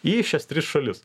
į šias tris šalis